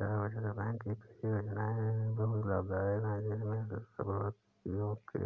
डाक बचत बैंक की कई योजनायें बहुत लाभदायक है जिसमें लड़कियों के